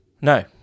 No